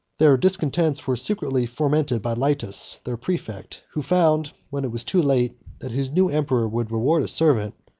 their discontents were secretly fomented by laetus, their praefect, who found, when it was too late, that his new emperor would reward a servant,